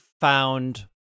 found